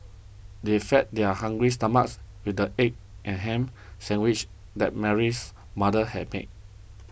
they fed their hungry stomachs with the egg and ham sandwiches that Mary's mother had made